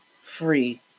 free